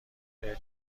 بهت